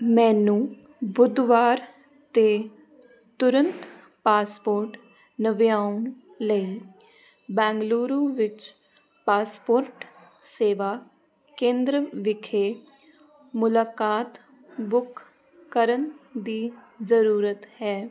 ਮੈਨੂੰ ਬੁੱਧਵਾਰ 'ਤੇ ਤੁਰੰਤ ਪਾਸਪੋਰਟ ਨਵਿਆਉਣ ਲਈ ਬੈਗਲੂਰੂ ਵਿੱਚ ਪਾਸਪੋਰਟ ਸੇਵਾ ਕੇਂਦਰ ਵਿਖੇ ਮੁਲਾਕਾਤ ਬੁੱਕ ਕਰਨ ਦੀ ਜ਼ਰੂਰਤ ਹੈ